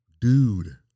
dude